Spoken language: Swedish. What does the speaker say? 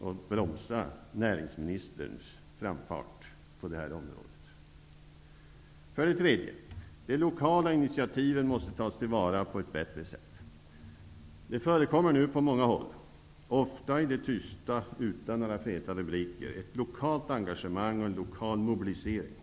och bromsa näringsministerns framfart på det här området. För det tredje: De lokala initiativen måste tas till vara på ett bättre sätt. Det förekommer nu på många håll -- ofta i det tysta utan feta rubriker -- ett lokalt engagemang och en lokal mobilisering.